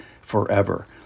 forever